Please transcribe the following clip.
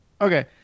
Okay